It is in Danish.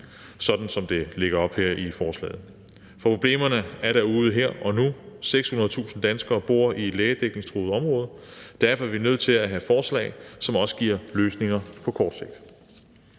sådan som der lægges op til her i forslaget. For problemerne er derude her og nu, 600.000 danskere bor i et lægedækningstruet område, og derfor er vi også nødt til have forslag, som giver løsninger på kort sigt.